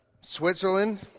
Switzerland